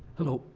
hello.